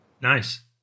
nice